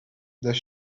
does